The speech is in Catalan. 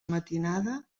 matinada